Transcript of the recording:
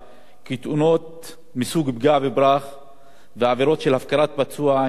ועבירות של הפקרת פצוע הן מהעבירות החמורות והאכזריות בכבישי ישראל.